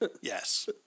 Yes